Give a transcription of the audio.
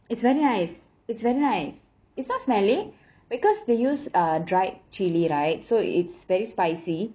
it's very nice it's a nice it's not smelly because they use uh dried chili right so it's very spicy